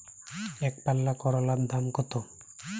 একপাল্লা করলার দাম কত?